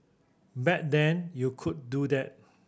back then you could do that